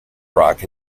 rock